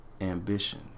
ambition